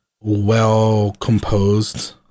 well-composed